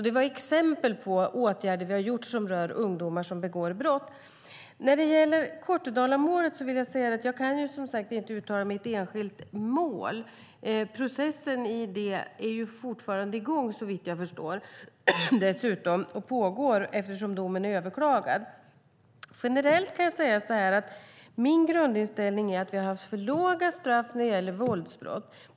Det är exempel på åtgärder vi har vidtagit som rör ungdomar som begår brott. När det gäller Kortedalamålet kan jag som sagt inte uttala mig i ett enskilt mål. Processen pågår dessutom fortfarande, såvitt jag förstår, eftersom domen är överklagad. Generellt kan jag säga att min grundinställning är att vi har haft för låga straff när det gäller våldsbrott.